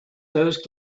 those